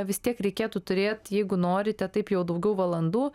vis tiek reikėtų turėt jeigu norite taip jau daugiau valandų